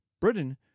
Britain